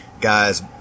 guys